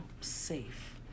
safe